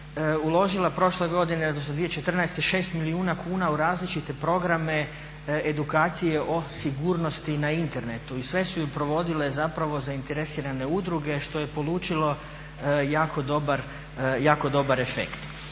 uložila prošle godine, odnosno 2014. 6 milijuna kuna u različite programe edukacije o sigurnosti na internetu i sve su je provodile zapravo zainteresirane udruge što je polučilo jako dobar efekt.